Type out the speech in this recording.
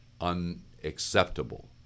unacceptable